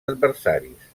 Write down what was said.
adversaris